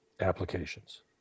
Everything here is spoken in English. applications